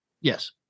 Yes